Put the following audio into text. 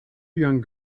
young